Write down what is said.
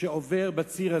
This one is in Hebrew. שעובר בציר הזה,